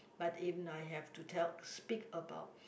but if I have to tell speak about